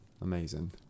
Amazing